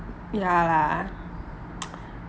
ya lah